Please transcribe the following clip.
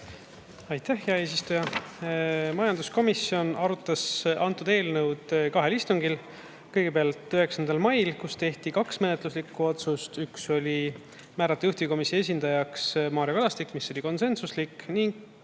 Aitäh, hea eesistuja! Majanduskomisjon arutas antud eelnõu kahel istungil, kõigepealt 9. mail, kui tehti kaks menetluslikku otsust. Üks oli määrata juhtivkomisjoni esindajaks Mario Kadastik, see oli konsensuslik, ning